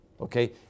Okay